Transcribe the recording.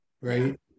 right